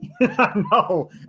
No